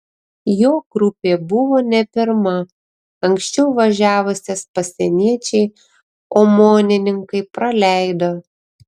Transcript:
jo grupė buvo ne pirma anksčiau važiavusias pasieniečiai omonininkai praleido